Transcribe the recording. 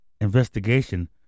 investigation